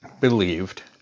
believed